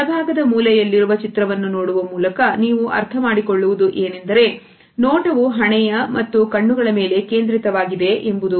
ಬಲಭಾಗದ ಮೂಲೆಯಲ್ಲಿರುವ ಚಿತ್ರವನ್ನು ನೋಡುವ ಮೂಲಕ ನೀವು ಅರ್ಥ ಮಾಡಿಕೊಳ್ಳುವುದು ಏನೆಂದರೆ ನೋಟವು ಹಣೆಯ ಮತ್ತು ಕಣ್ಣುಗಳ ಮೇಲೆ ಕೇಂದ್ರಿತವಾಗಿದೆ ಎಂಬುದು